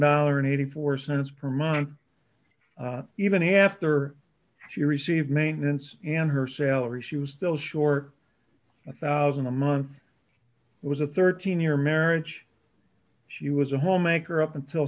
dollar eighty four cents per month even after she received maintenance and her salary she was still short a one thousand a month was a thirteen year marriage she was a homemaker up until